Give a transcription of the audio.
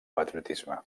patriotisme